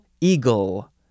Eagle